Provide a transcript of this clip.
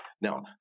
Now